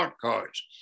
cards